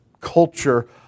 culture